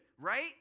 right